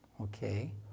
Okay